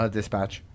dispatch